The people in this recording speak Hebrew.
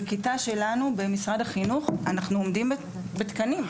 בכיתה שלנו במשרד החינוך אנו עומדים בתקנים.